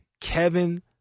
Kevin